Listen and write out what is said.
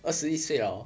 二十一岁 ah hor